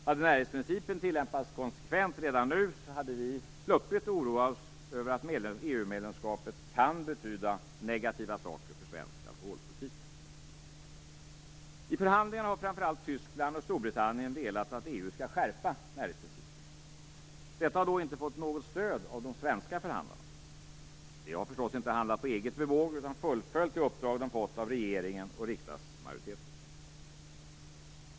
Hade närhetsprincipen tillämpats konsekvent redan nu hade vi sluppit oroa oss över att EU medlemskapet kan betyda negativa saker för svensk alkoholpolitik. I förhandlingarna har framför allt Tyskland och Storbritannien velat att EU skall skärpa närhetsprincipen. Detta har då inte fått något stöd av de svenska förhandlarna. De har förstås inte handlat på eget bevåg utan fullföljt det uppdrag de fått av regeringen och riksdagsmajoriteten.